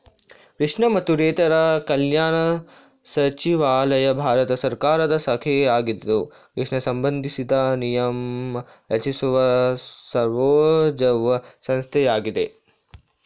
ಕೃಷಿ ಮತ್ತು ರೈತರ ಕಲ್ಯಾಣ ಸಚಿವಾಲಯ ಭಾರತ ಸರ್ಕಾರದ ಶಾಖೆಯಾಗಿದ್ದು ಕೃಷಿ ಸಂಬಂಧಿಸಿದ ನಿಯಮ ರಚಿಸುವ ಸರ್ವೋಚ್ಛ ಸಂಸ್ಥೆಯಾಗಿದೆ